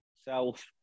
self